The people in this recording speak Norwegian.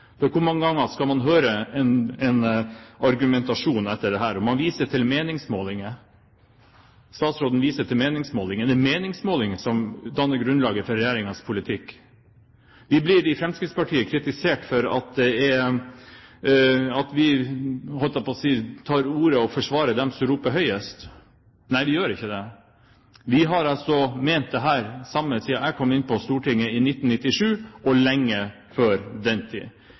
hvor mange ganger skal man høre en argumentasjon, etter dette? Statsråden viser til meningsmålinger. Er det meningsmålinger som danner grunnlaget for regjeringens politikk? Vi i Fremskrittspartiet blir kritisert for at vi – holdt jeg på å si – tar ordet og forsvarer dem som roper høyest. Nei, vi gjør ikke det. Vi har ment det samme siden jeg kom inn på Stortinget i 1997, og lenge før den tid.